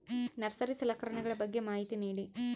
Nursery ಸಲಕರಣೆಗಳ ಬಗ್ಗೆ ಮಾಹಿತಿ ನೇಡಿ?